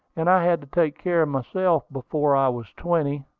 and i had to take care of myself before i was twenty.